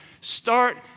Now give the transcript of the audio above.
Start